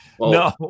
No